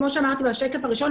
כמו שאמרתי בשקף הראשון,